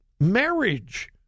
marriage